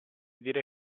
dire